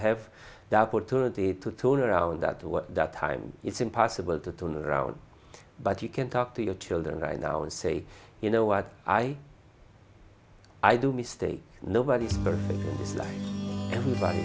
have the opportunity to turn around that time it's impossible to turn around but you can talk to your children right now and say you know what i i don't mistake nobody is that everybody